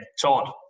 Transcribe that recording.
Todd